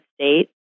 state